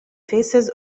phases